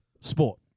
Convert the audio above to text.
sport